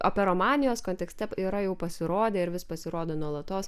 operomanijos kontekste yra jau pasirodė ir vis pasirodo nuolatos